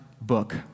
book